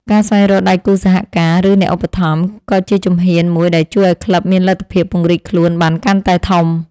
ការស្វែងរកដៃគូសហការ ឬអ្នកឧបត្ថម្ភ ក៏ជាជំហានមួយដែលជួយឱ្យក្លឹបមានលទ្ធភាពពង្រីកខ្លួនបានកាន់តែធំ។